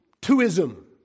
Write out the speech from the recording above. two-ism